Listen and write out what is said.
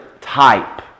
type